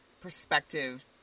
perspective